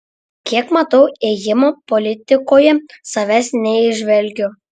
kiek matau ėjimų politikoje savęs neįžvelgiu